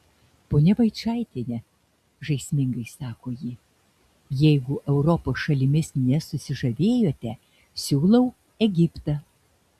ponia vaičaitiene žaismingai sako ji jeigu europos šalimis nesusižavėjote siūlau egiptą